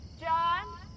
John